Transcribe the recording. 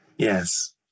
Yes